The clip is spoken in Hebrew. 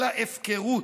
זו הפקרות,